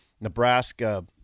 Nebraska